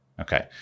Okay